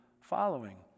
following